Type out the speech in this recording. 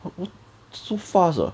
so fast ah